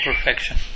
perfection